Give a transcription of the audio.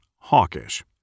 Hawkish